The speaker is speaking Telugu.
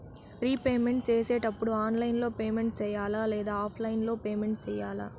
రీపేమెంట్ సేసేటప్పుడు ఆన్లైన్ లో పేమెంట్ సేయాలా లేదా ఆఫ్లైన్ లో సేయాలా